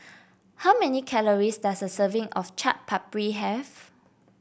how many calories does a serving of Chaat Papri have